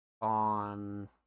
on